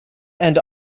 and